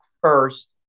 first